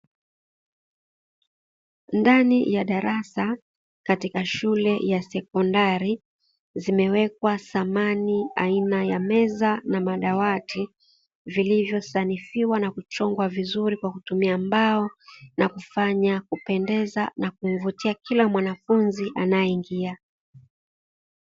Ndani ya darasa katika shule ya sekondari zimewekwa samani aina ya meza na madawati vilivyosanifiwa na kuchongwa vizuri kwa kutumia mbao, na kufanya kupendeza na kuivutia kila mwanafunzi anayeingia.